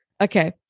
Okay